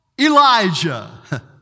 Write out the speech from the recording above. Elijah